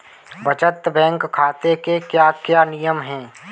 बचत बैंक खाते के क्या क्या नियम हैं?